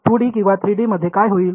2 D किंवा 3 D मध्ये काय होईल